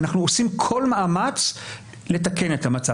אנחנו עושים כל מאמץ לתקן את המצב.